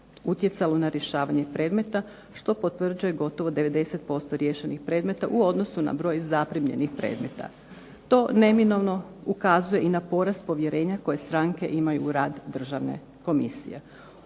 utjecalo na rješavanje predmeta što potvrđuje gotovo 90% riješenih predmeta u odnosu na broj zaprimljenih predmeta. To neminovno ukazuje i na porast povjerenja koje stranke imaju u rad državne komisije.